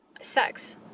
sex